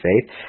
faith